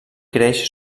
creix